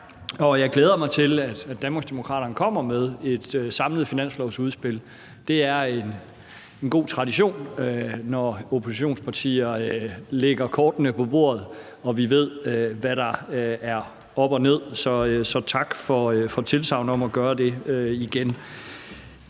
jeg glæder mig til, at Danmarksdemokraterne kommer med et samlet finanslovsudspil. Det er en god tradition, at oppositionspartier lægger kortene på bordet, så vi ved, hvad der er op og ned. Så igen tak for tilsagnet om at gøre det.